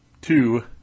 Two